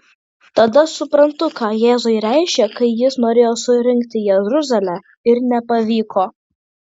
tada suprantu ką jėzui reiškė kai jis norėjo surinkti jeruzalę ir nepavyko